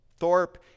Thorpe